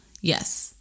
Yes